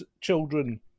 children